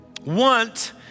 want